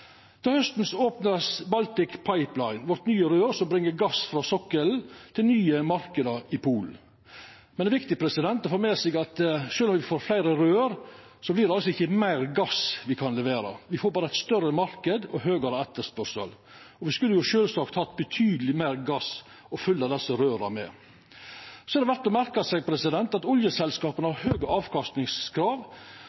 Til hausten blir Baltic Pipe opna, vårt nye rør som bringar gass frå sokkelen til nye marknader i Polen. Det er viktig å få med seg at sjølv om me får fleire rør, kan me ikkje levera meir gass. Me får berre ein større marknad og høgre etterspørsel. Me skulle sjølvsagt hatt betydeleg meir gass å fylla desse røra med. Det er òg verd å merka seg at oljeselskapa